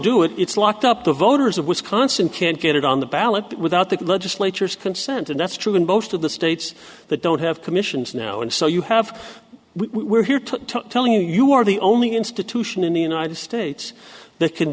do it it's locked up the voters of wisconsin can't get it on the ballot without the legislatures consent and that's true in most of the states that don't have commissions now and so you have we're here to tell you you are the only institution in the united states that can